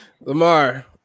Lamar